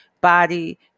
body